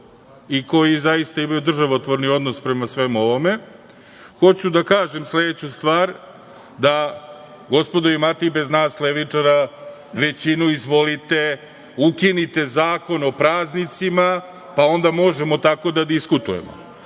i koji zaista imaju državotvorni odnos prema svemu ovome, hoću da kažem sledeću stvar. Gospodo, imate i bez nas levičara, većinu, izvolite, ukinite Zakon o praznicima, pa onda možemo tako da diskutujemo.